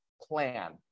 plan